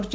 T